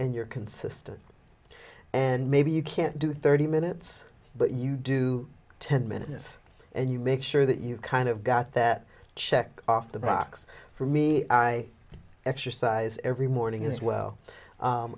and you're consistent and maybe you can't do thirty minutes but you do ten minutes and you make sure that you kind of got that check off the box for me i exercise every morning as well